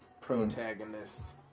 protagonists